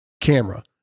camera